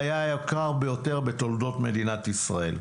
היה היקר ביותר בתולדות מדינת ישראל.